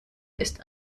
ist